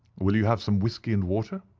will you have some whiskey and water?